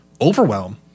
overwhelm